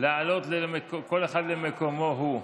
לעלות כל אחד למקומו הוא.